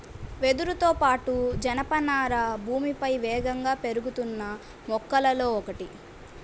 వెదురుతో పాటు, జనపనార భూమిపై వేగంగా పెరుగుతున్న మొక్కలలో ఒకటి